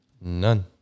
None